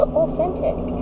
authentic